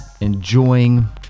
enjoying